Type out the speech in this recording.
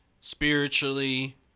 spiritually